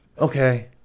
Okay